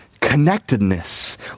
connectedness